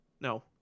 No